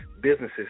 businesses